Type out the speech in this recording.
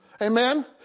Amen